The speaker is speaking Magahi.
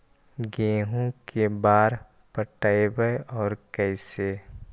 गेहूं के बार पटैबए और कैसे?